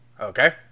okay